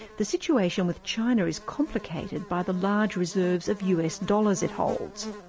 the situation with china is complicated by the large reserves of us dollars it holds.